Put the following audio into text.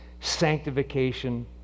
sanctification